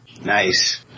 nice